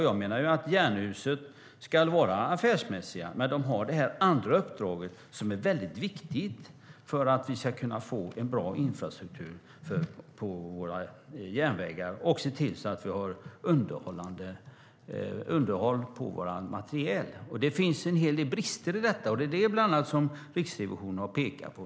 Jag menar att Jernhusen ska vara affärsmässiga, men de har också det andra uppdraget, som är mycket viktigt för att vi ska få en bra infrastruktur på våra järnvägar och kunna se till att vi har underhåll av vårt material. Det finns en hel del brister i detta, och det är bland annat det som Riksrevisionen har pekat på.